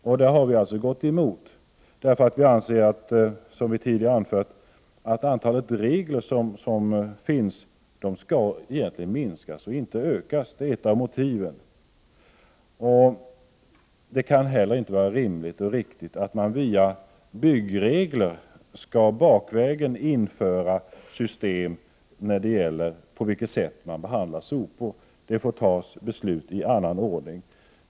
På den punkten har vi gått emot utskottets majoritet. Som vi tidigare anfört anser vi att antalet regler skall minskas och inte ökas — det är ett av motiven. Det kan inte heller vara rimligt och riktigt att man via byggregler bakvägen skall införa system för att behandla sopor. Om det får man fatta beslut i annan ordning.